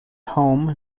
home